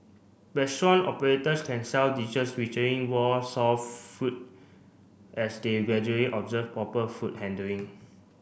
restaurant operators can sell dishes featuring raw salt food as they gradually observe proper food handling